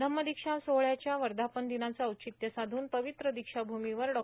धम्मदीक्षा सोहळ्याच्या वर्धापन दिनाचं औचित्य साधून पवित्र दीक्षाभूमीवर डॉ